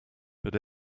but